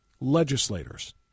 legislators